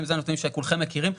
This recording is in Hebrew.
זה נתונים שכולכם מכירים.